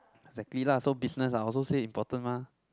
exactly lah so business are also say important mah